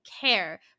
care